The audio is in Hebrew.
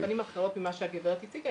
פנים אחרות ממה שהגברת הציגה,